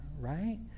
right